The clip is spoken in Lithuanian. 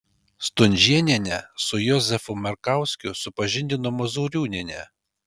stunžėnienę su jozefu markauskiu supažindino mozūriūnienė